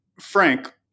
Frank